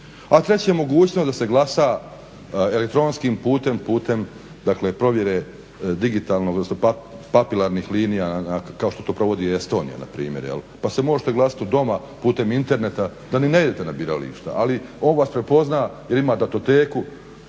treća je mogućnost da se glasa elektronskim putem, putem provjere digitalnog odnosno papilarnih linija kao što to provodi Estonija npr. Pa možete glasat od doma putem interneta da ni ne idete na birališta ali on vas prepozna jer ima datoteku